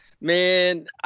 man